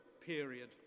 period